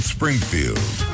Springfield